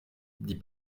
dit